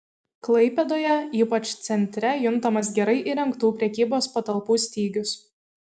klaipėdoje ypač centre juntamas gerai įrengtų prekybos patalpų stygius